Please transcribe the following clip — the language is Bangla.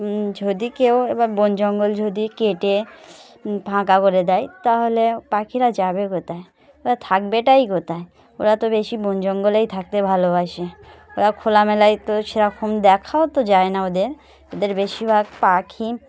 যদি কেউ এবার বন জঙ্গল যদি কেটে ফাঁকা করে দেয় তাহলে পাখিরা যাবে কোথায় ওরা থাকবেটাই কোথায় ওরা তো বেশি বন জঙ্গলেই থাকতে ভালোবাসে ওরা খোলামেলায় তো সেরকম দেখাও তো যায় না ওদের ওদের বেশিরভাগ পাখি